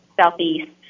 southeast